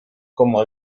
como